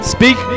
Speak